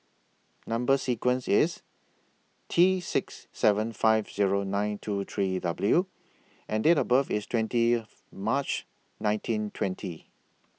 Number sequence IS T six seven five Zero nine two three W and Date of birth IS twentieth March nineteen twenty